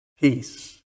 Peace